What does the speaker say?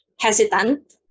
hesitant